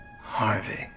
Harvey